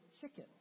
chicken